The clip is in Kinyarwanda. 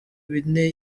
bine